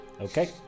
Okay